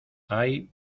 hay